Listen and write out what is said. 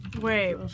Wait